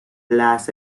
las